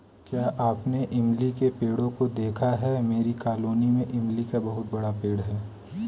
क्या आपने इमली के पेड़ों को देखा है मेरी कॉलोनी में इमली का बहुत बड़ा पेड़ है